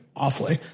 Awfully